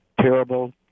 Terrible